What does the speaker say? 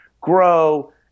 grow